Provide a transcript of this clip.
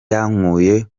yankuye